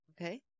Okay